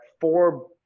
four